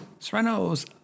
Serrano's